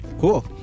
Cool